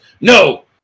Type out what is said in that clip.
No